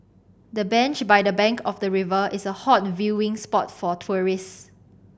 the bench by the bank of the river is a hot viewing spot for tourists